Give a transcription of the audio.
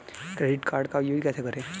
Credit card का use कैसे करें?